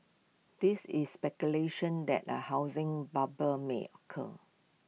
this is speculation that A housing bubble may occur